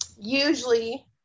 usually